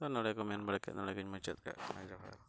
ᱱᱚᱸᱰᱮ ᱜᱮ ᱢᱮᱱ ᱵᱟᱲᱟ ᱠᱟᱛᱮᱫ ᱱᱚᱸᱰᱮᱜᱮᱧ ᱢᱩᱪᱟᱹᱫ ᱠᱟᱜ ᱠᱟᱱᱟ ᱡᱚᱦᱟᱨ